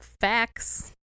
facts